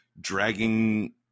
dragging